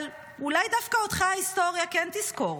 אבל אולי דווקא אותך ההיסטוריה כן תזכור.